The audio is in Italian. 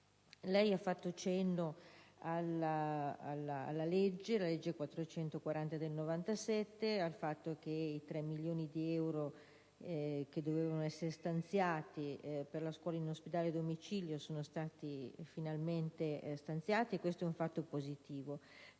Lei ha fatto cenno alla legge n. 440 del 1997, al fatto che i 3 milioni di euro che dovevano essere stanziati per la scuola in ospedale e a domicilio sono stati finalmente stanziati e questo è un fatto positivo,